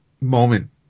moment